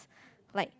like